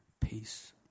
peace